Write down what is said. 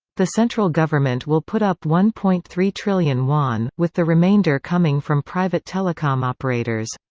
the central government will put up one point three trillion won, with the remainder coming from private telecom operators.